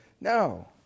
No